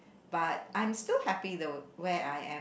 but I'm still happy though where I am